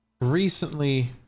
recently